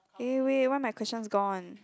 eh wait why my questions gone